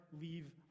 leave